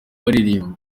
baririmba